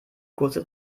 kurze